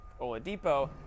Oladipo